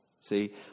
See